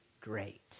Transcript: great